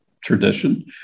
tradition